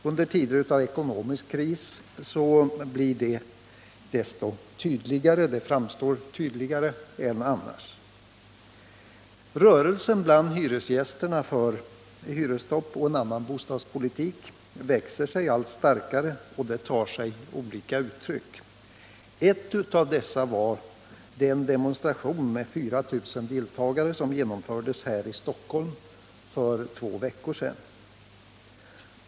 Under tider av ekonomisk kris framstår detta tydligare än annars. Rörelsen bland hyresgästerna för hyresstopp och en annan bostadspolitik växer sig allt starkare och tar sig olika uttryck. Ett av dessa var den demonstration med 4 000 deltagare som genomfördes här i Stockholm för två veckor sedan.